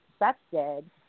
accepted